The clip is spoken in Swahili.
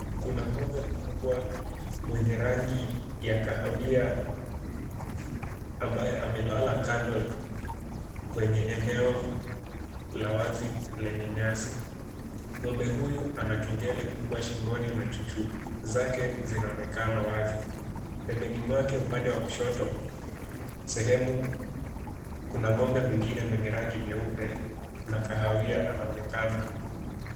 Kuna ng'ombe mkubwa mwenye rangi ya kahawia ambaye amelala kando kwenye eneo la wazi lenye nyasi. Ng'ombe huyu ana kengele kubwa shingoni na chuchu zake zinaonekana wazi, pembeni mwake upande wa kushoto sehemu kuna ng'ombe mwingine mwenye rangi nyeupe na kahawia anaonekana.